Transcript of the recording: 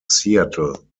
seattle